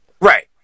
Right